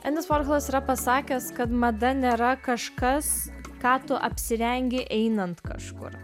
endis vorholas yra pasakęs kad mada nėra kažkas ką tu apsirengi einant kažkur